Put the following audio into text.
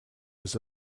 his